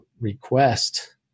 request